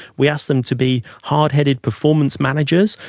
we ask them to be hard-headed performance managers,